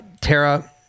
Tara